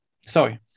Sorry